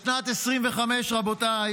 בשנת 2025, רבותיי,